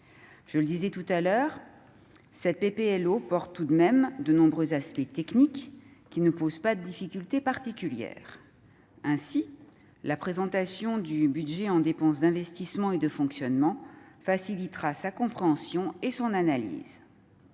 cette proposition de loi organique présente également de nombreux aspects techniques ne posant pas de difficulté particulière. Ainsi, la présentation du budget en dépenses d'investissement et de fonctionnement facilitera sa compréhension et son analyse.